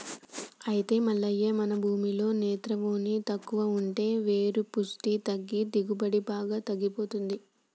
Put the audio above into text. అయితే మల్లయ్య మన భూమిలో నత్రవోని తక్కువ ఉంటే వేరు పుష్టి తగ్గి దిగుబడి బాగా తగ్గిపోతుంది